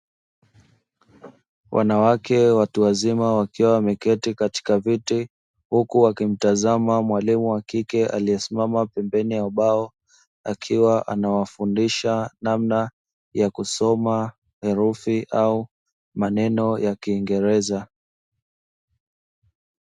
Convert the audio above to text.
Wanawake watu wazima wakiwa wameketi katika viti, huku wakimtazama mwalimu wa kike aliyesimama pembeni ya ubao, akiwa anawafundisha namna ya kusoma herufi au maneno ya kiingereza.